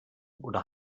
oder